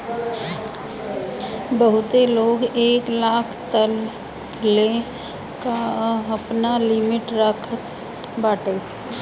बहुते लोग एक लाख तकले कअ आपन लिमिट रखत बाटे